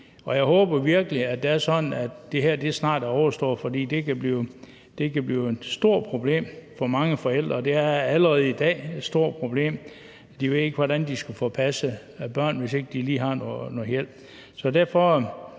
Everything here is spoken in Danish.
det er sådan, at det her snart er overstået, fordi det kan blive et stort problem for mange forældre, og det er allerede i dag et stort problem. De ved ikke, hvordan de skal få passet børnene, hvis ikke de lige har noget hjælp.